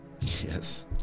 Yes